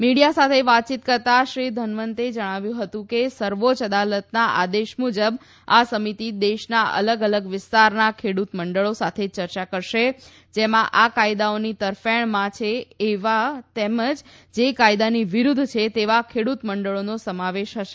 media સાથે વાતચીત કરતાં શ્રી ઘનવતે જણાવ્યું હતું કે સર્વોચ્ય અદાલતના આદેશ મુજબ આ સમિતિ દેશના અલગ અલગ વિસ્તારના ખેડૂત મંડળો સાથે ચર્ચા કરશે જેમાં આ કાયદાઓની તરફેણમાં છે એવા તેમજ જે કાયદાની વિરુદ્ધ છે તેવા ખેડત મંડળોનો સમાવેશ હશે